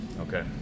Okay